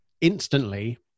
instantly